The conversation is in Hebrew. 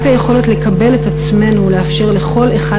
רק היכולת לקבל את עצמנו ולאפשר לכל אחד